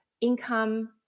income